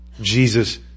Jesus